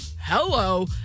hello